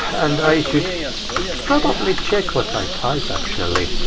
and i should probably check what i actually